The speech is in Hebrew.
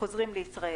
לחוזרים לישראל